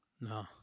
No